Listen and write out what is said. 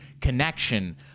connection